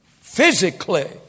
physically